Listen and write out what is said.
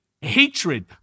Hatred